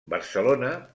barcelona